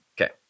Okay